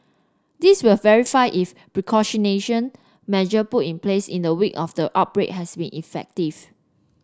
this will verify if measure put in place in the wake of the outbreak has been effective